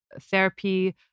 therapy